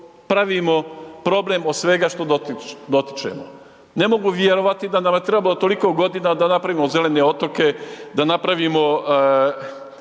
pravimo problem od svega što dotičemo. Ne mogu vjerovati da nam je trebalo toliko godina da napravimo zelene otoke, da napravimo